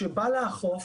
שבא לאכוף,